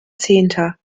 zehnter